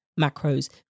macros